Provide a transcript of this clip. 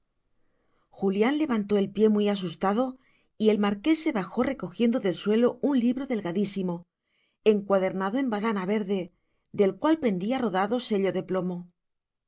julián levantó el pie muy asustado y el marqués se bajó recogiendo del suelo un libro delgadísimo encuadernado en badana verde del cual pendía rodado sello de plomo